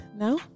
Now